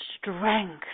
strength